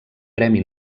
premi